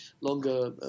longer